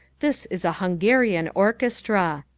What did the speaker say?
this is a hungarian orchestra.